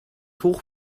hoch